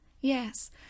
Yes